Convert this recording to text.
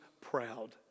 proud